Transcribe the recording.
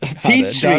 Teach